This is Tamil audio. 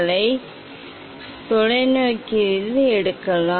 இதைப் பார்க்க இப்போது தொலைநோக்கி எடுக்கலாம்